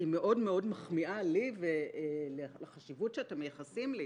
מאוד-מאוד מחמיאה לי ולחשיבות שאתם מייחסים לי.